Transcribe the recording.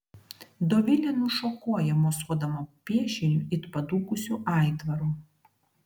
dovilė nušokuoja mosuodama piešiniu it padūkusiu aitvaru